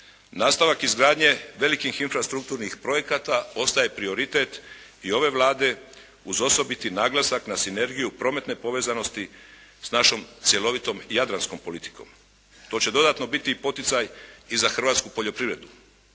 Nastavak izgradnje velikih infrastrukturnih projekata ostaje prioritet i ove Vlade uz osobiti naglasak na sinergiju prometne povezanosti s našom cjelovitom jadranskom politikom. To će dodatno biti i poticaj i za hrvatsku poljoprivredu